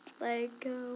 Lego